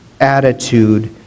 attitude